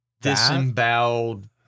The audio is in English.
disemboweled